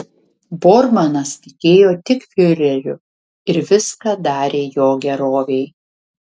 bormanas tikėjo tik fiureriu ir viską darė jo gerovei